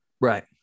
Right